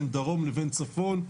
בין דרום לבין צפון,